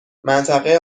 منطقه